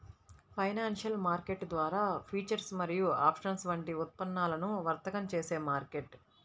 financial market ద్వారా futures మరియు options వంటి ఉత్పన్నాలను వర్తకం చేసే మార్కెట్